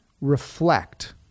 reflect